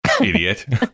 Idiot